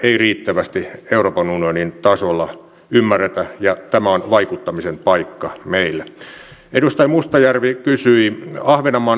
tarvitsemme suomessa valtakunnallisia mutta myös ruohonjuuritasolla tapahtuvia kuntakohtaisia toimia jotta ikääntyneiden kohtaama väkivalta saadaan nostettua päivänvaloon